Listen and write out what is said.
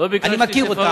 אני מכיר אותם,